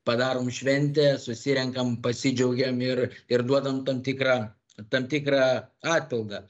padarom šventę susirenkam pasidžiaugiam ir ir duodam tam tikrą tam tikrą atpildą